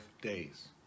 days